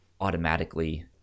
automatically